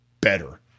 better